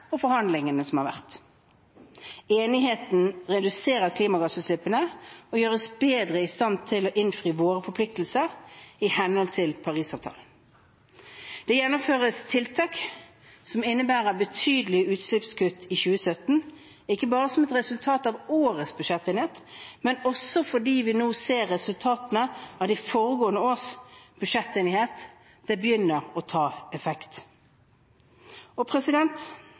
og forhandlingene vi har hatt. Enigheten reduserer klimagassutslippene og gjør oss bedre i stand til å innfri våre forpliktelser i henhold til Parisavtalen. Det gjennomføres tiltak som innebærer betydelig utslippskutt i 2017 – ikke bare som et resultat av årets budsjettenighet, men også fordi vi nå ser resultatene av de foregående års budsjettenighet. Det begynner å ha effekt.